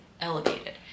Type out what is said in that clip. elevated